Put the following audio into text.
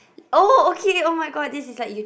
oh okay [oh]-my-god this is like